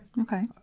Okay